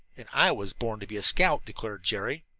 and i was born to be a scout, declared jerry.